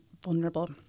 vulnerable